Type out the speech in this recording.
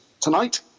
Tonight